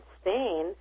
spain